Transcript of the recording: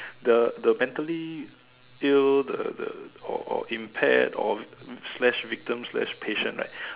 the the mentally ill the the or or impaired or slash victims slash patient right